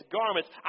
garments